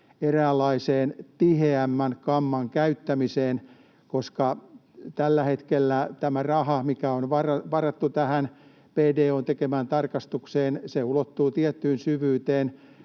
eräänlaiseen tiheämmän kamman käyttämiseen, koska tällä hetkellä tämä raha, joka on varattu BDO:n tekemään tarkastukseen, ulottuu tiettyyn syvyyteen,